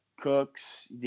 Cooks